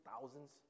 thousands